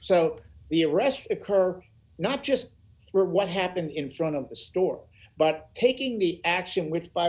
so the arrest occur not just for what happened in front of the store but taking the action which by